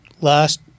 last